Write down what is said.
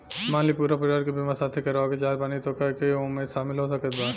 मान ली पूरा परिवार के बीमाँ साथे करवाए के चाहत बानी त के के ओमे शामिल हो सकत बा?